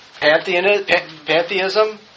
pantheism